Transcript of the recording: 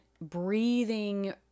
breathing